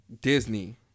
Disney